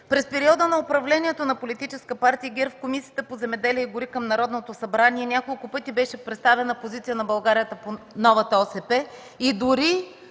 През периода на управлението на Политическа партия ГЕРБ в Комисията по земеделието и горите към Народното събрание няколко пъти беше представена позицията на България по новата ОСП, и дори